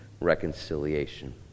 reconciliation